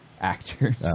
actors